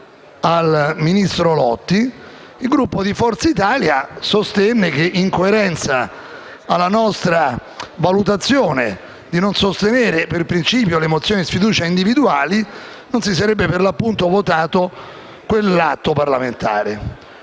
al ministro Lotti, il Gruppo di Forza Italia sostenne, in coerenza con la linea di non sostenere per principio le mozioni di sfiducia individuali, che non si sarebbe per l'appunto votato quell'atto parlamentare.